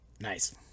Nice